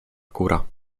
góra